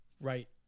right